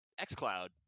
xCloud